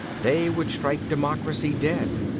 they would strike democracy dead.